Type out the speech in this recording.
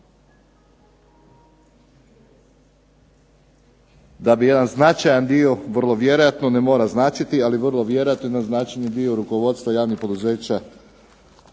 da bi jedan značajan dio, vrlo vjerojatno, ne mora značiti, ali vrlo vjerojatno jedan značajni dio rukovodstva javnih poduzeća